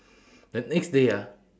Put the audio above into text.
the next day ah